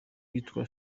witwa